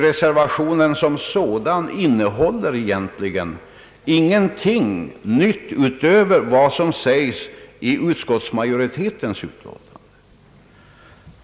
Reservationen som sådan innehåller egentligen ingenting nytt utöver vad som sägs i utskottsmajoritetens utlåtande.